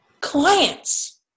clients